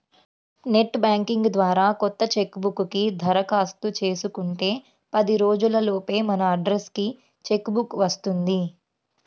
net banking ద్వారా కొత్త cheque book కి దరఖాస్తు చేసుకుంటే పది రోజుల లోపే మన అడ్రస్ కి చెక్ బుక్ వస్తుంది